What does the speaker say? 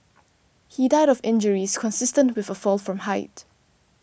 he died of injuries consistent with a fall from height